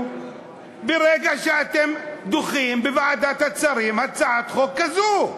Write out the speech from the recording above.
ברגע שאתם דוחים בוועדת השרים הצעת חוק כזו.